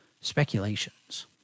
speculations